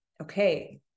okay